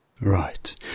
Right